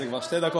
זה כבר שתי דקות.